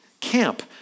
camp